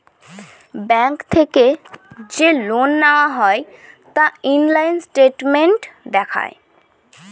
bank থেকে যে loan নেওয়া হয় তা অনলাইন স্টেটমেন্ট দেখায়